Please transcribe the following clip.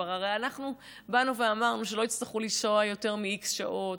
והרי אנחנו כבר באנו ואמרנו שלא יצטרכו לנסוע יותר מ-x שעות,